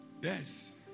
Yes